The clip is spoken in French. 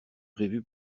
prévu